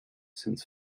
since